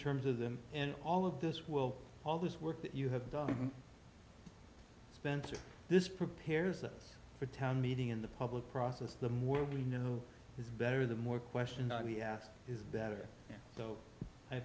terms of them and all of this will always work that you have done spencer this prepares for town meeting in the public process the more we know is better the more question is better